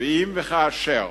ואם וכאשר